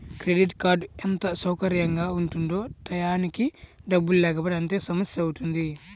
credit card ఎంత సౌకర్యంగా ఉంటుందో టైయ్యానికి డబ్బుల్లేకపోతే అంతే సమస్యవుతుంది